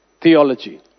theology